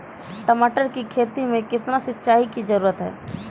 टमाटर की खेती मे कितने सिंचाई की जरूरत हैं?